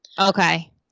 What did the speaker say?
Okay